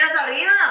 arriba